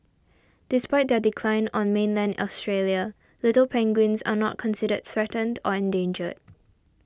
despite their decline on mainland Australia little penguins are not considered threatened or endangered